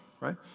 right